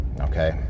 Okay